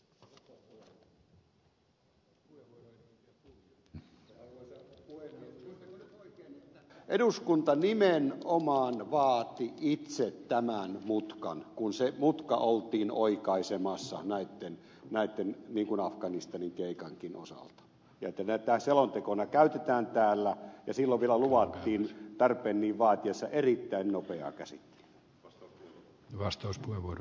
muistanko nyt oikein että eduskunta nimenomaan vaati itse tämän mutkan kun se mutka oltiin oikaisemassa tällaisten niin kuin afganistanin keikankin osalta ja niin että tätä selontekona käytetään täällä ja silloin vielä luvattiin tarpeen niin vaatiessa erittäin nopeaa käsittelyä